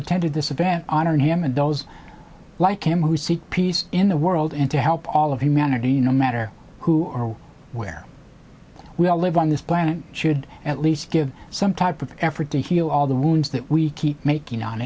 attended this event honoring him and those like him who seek peace in the world and to help all of humanity no matter who or where we all live on this planet should at least give some type of effort to heal all the wounds that we keep making on